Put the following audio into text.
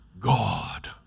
God